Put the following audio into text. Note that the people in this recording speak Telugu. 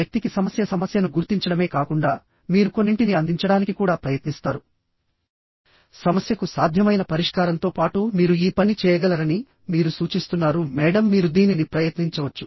వ్యక్తికి సమస్య సమస్యను గుర్తించడమే కాకుండా మీరు కొన్నింటిని అందించడానికి కూడా ప్రయత్నిస్తారు సమస్యకు సాధ్యమైన పరిష్కారంతో పాటు మీరు ఈ పని చేయగలరని మీరు సూచిస్తున్నారు మేడమ్ మీరు దీనిని ప్రయత్నించవచ్చు